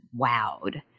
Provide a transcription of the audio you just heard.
wowed